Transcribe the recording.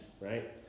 right